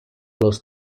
los